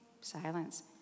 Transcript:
silence